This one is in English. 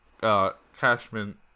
Cashman